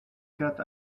quatre